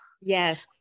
yes